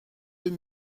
deux